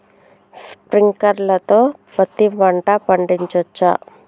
Sprinkler తో పత్తి పంట పండించవచ్చా?